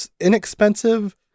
inexpensive